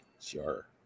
Sure